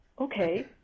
okay